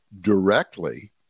directly